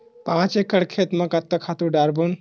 पांच एकड़ खेत म कतका खातु डारबोन?